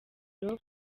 kuba